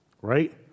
right